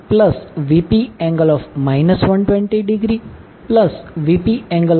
5 j0